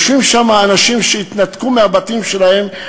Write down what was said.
יושבים שם אנשים שהתנתקו מהבתים שלהם.